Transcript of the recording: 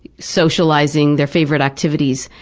socializing, their favorite activities,